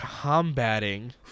combating